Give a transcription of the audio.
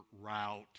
route